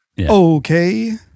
Okay